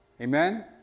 Amen